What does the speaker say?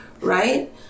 Right